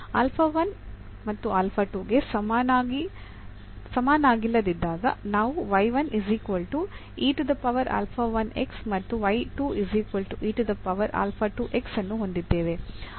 ಗೆ ಸಮನಾಗಿಲ್ಲದಿದ್ದಾಗ ನಾವು ಮತ್ತು ಅನ್ನು ಹೊಂದಿದ್ದೇವೆ ಅವು ರೇಖೀಯವಾಗಿ ಸ್ವತಂತ್ರವಾಗಿರುತ್ತವೆ